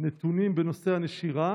נתונים בנושא הנשירה